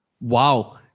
Wow